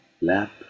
lap